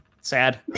sad